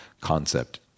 concept